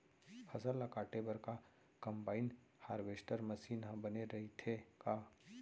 फसल ल काटे बर का कंबाइन हारवेस्टर मशीन ह बने रइथे का?